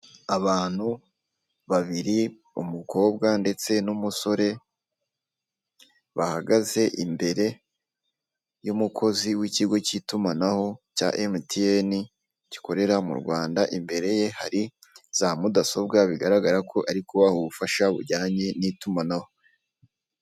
Abantu babiri umukobwa ndetse n'umusore, bahagaze imbere y'umukozi w'ikigo k'itumanaho cya emutiyene gikorera mu rwanda, imbere ye hari za mudasobwa bigaragara ko ari kubaha ubufasha bujyanye n'itumanaho.